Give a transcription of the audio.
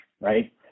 right